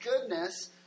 goodness